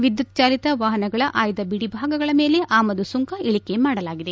ವಿದ್ಯುತ್ಚಾಲಿತ ವಾಪನಗಳ ಆಯ್ದ ಬಿಡಿ ಭಾಗಗಳ ಮೇಲೆ ಆಮದು ಸುಂಕ ಇಳಿಕೆ ಮಾಡಲಾಗಿದೆ